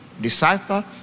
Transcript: decipher